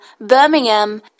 Birmingham